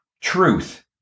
Truth